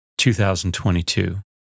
2022